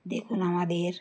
দেখুন আমাদের